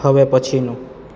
હવે પછીનું